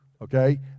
Okay